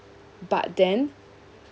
but then